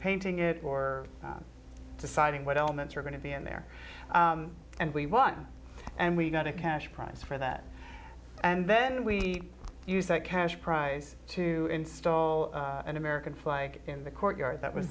painting it or deciding what elements were going to be in there and we won and we got a cash prize for that and then we use that cash prize to install an american flag in the courtyard